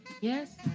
Yes